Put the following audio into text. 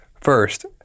First